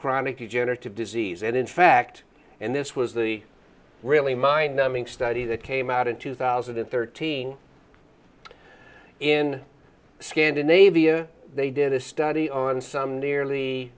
chronic degenerative disease and in fact and this was the really mind numbing study that came out in two thousand and thirteen in scandinavia they did a study on some nearly